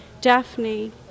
Daphne